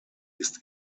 ist